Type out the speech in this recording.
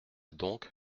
donc